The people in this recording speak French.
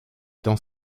dans